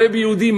ר' יהודי,